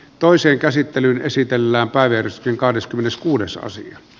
toiseen käsittelyyn esitellään päivitys kahdeskymmeneskuudes osia